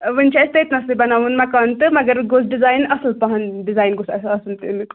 وٕنہِ چھِ اَسہِ تٔتۍ نَسٕے بَناوُن مکانہٕ تہٕ مگر گوژھ ڈِزایِن اَصٕل پَہَم ڈِزایِن گوٚژھ اَسہِ آسُن تیٚلہِ